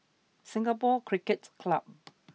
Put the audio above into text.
Singapore Cricket Club